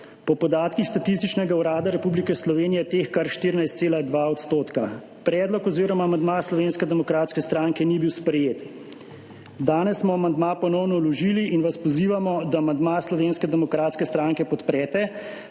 Po podatkih Statističnega urada Republike Slovenije je teh kar 14,2 %. Predlog oziroma amandma Slovenske demokratske strankeni bil sprejet. Danes smo amandma ponovno vložili in vas pozivamo, da amandma Slovenske demokratske stranke podprete,